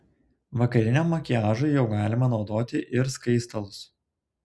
vakariniam makiažui jau galima naudoti ir skaistalus